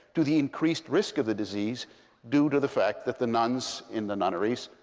to the increased risk of the disease due to the fact that the nuns in the nunneries